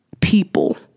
people